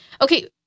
Okay